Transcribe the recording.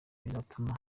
bizatuma